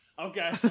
Okay